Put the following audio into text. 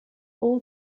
all